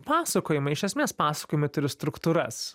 pasakojimai iš esmės pasakojimai turi struktūras